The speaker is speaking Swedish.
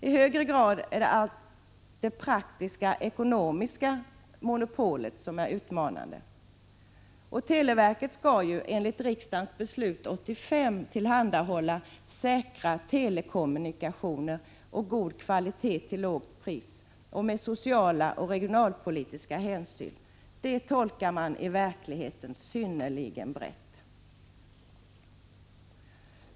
I högre grad är det praktiskt-ekonomiska monopolet utmanande. Televerket skall ju enligt riksdagens beslut 1985 tillhandahålla säkra telekommunikationer och god kvalitet till lågt pris, med sociala och regionalpolitiska hänsyn. Det tolkar man i verkligheten synnerligen brett.